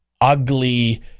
ugly